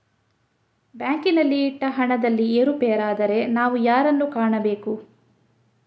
ಬ್ಯಾಂಕಿನಲ್ಲಿ ಇಟ್ಟ ಹಣದಲ್ಲಿ ಏರುಪೇರಾದರೆ ನಾವು ಯಾರನ್ನು ಕಾಣಬೇಕು?